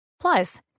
Plus